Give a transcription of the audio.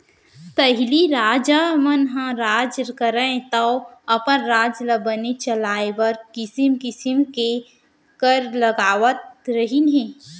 पहिली राजा मन ह राज करयँ तौ अपन राज ल बने चलाय बर किसिम किसिम के कर लगावत रहिन हें